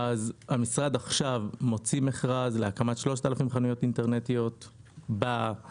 עכשיו המשרד מוציא מכרז להקמת 3,000 חנויות אינטרנטיות בפריפריה.